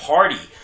Party